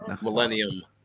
Millennium